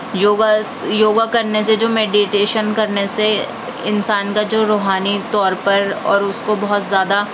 یوگا یوگا کرنے سے جو میڈیٹیشن کرنے سے انسان کا جو روحانی طور پر اور اس کو بہت زیادہ